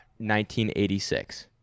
1986